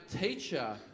teacher